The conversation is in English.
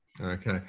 okay